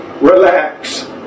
Relax